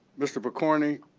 mr. pokorny,